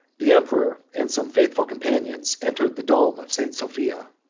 the emperor, and some faithful companions, entered the dome of st. sophia,